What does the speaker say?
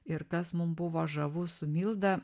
ir kas mum buvo žavu su milda